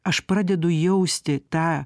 aš pradedu jausti tą